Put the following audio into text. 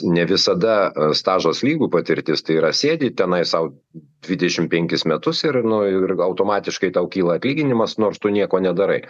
ne visada stažas lygu patirtis tai yra sėdi tenai sau dvidešimt penkis metus ir nu ir automatiškai tau kyla atlyginimas nors tu nieko nedarai